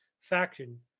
faction